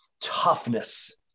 Toughness